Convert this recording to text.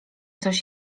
coś